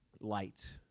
light